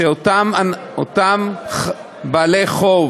שאותם בעלי חוב